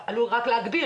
לגבי